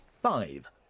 Five